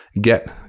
get